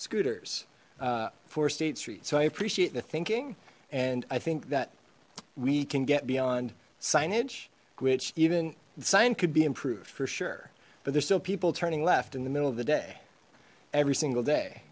scooters for state street so i appreciate the thinking and i think that we can get beyond signage which even the sign could be improved for sure but there's still people turning left in the middle of the day every single day